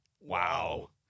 Wow